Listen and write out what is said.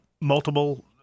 multiple